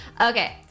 Okay